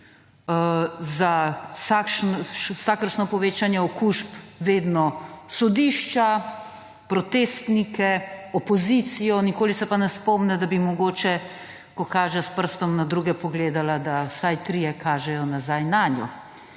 za vsakršno povečanje okužb vedno sodišča, protestnike, opozicijo, nikoli se pa ne spomni, da bi mogoče, ko kažejo na prstom na druge, pogledala, da vsaj trije kažejo nazaj nanjo.